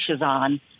on